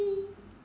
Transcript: mm